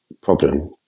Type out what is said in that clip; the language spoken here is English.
problem